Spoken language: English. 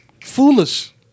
Foolish